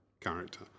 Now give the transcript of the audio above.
character